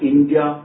India